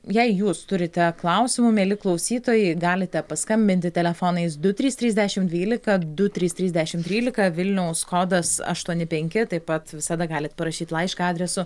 jei jūs turite klausimų mieli klausytojai galite paskambinti telefonais du trys trys dešim dvylika du trys trys dešimt trylika vilniaus kodas aštuoni penki taip pat visada galit parašyti laišką adresu